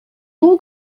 bon